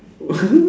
what